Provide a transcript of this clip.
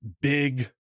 big